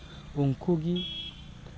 ᱩᱱᱠᱩ ᱜᱮ